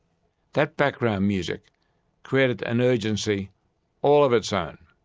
that background music created an urgency all of its own.